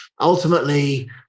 Ultimately